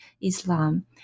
Islam